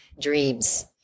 dreams